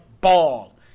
ball